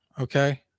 okay